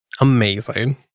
Amazing